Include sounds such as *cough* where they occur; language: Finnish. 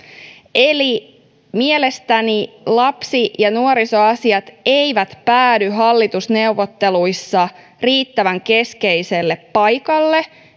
eli mielestäni lapsi ja nuorisoasiat eivät päädy hallitusneuvotteluissa riittävän keskeiselle paikalle *unintelligible*